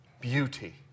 beauty